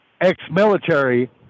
ex-military